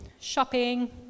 shopping